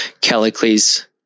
Callicles